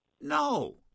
No